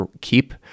keep